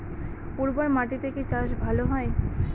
উর্বর মাটিতে কি চাষ ভালো হয়?